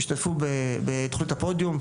השתתפו בתכנית הפודיום,